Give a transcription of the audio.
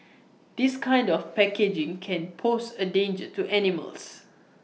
this kind of packaging can pose A danger to animals